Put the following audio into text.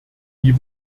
wie